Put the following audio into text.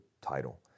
title